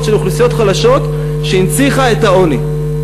של אוכלוסיות חלשות שהנציחו את העוני.